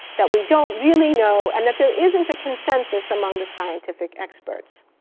that we don't really know and that there isn't a consensus among the scientific experts.